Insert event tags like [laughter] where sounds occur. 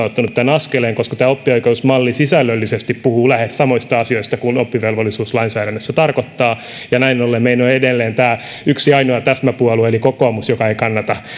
[unintelligible] ottanut tämän askeleen koska tämä oppioikeusmalli sisällöllisesti puhuu lähes samoista asioista mitä oppivelvollisuus lainsäädännössä tarkoittaa ja näin ollen meillä on edelleen tämä yksi ainoa täsmäpuolue eli kokoomus joka ei kannata